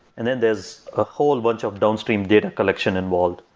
and then there's a whole bunch of downstream data collection involved,